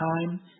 time